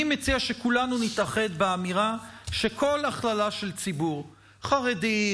אני מציע שכולנו נתאחד באמירה שכל הכללה של ציבור חרדי,